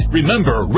Remember